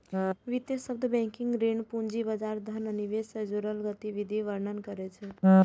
वित्त शब्द बैंकिंग, ऋण, पूंजी बाजार, धन आ निवेश सं जुड़ल गतिविधिक वर्णन करै छै